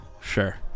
sure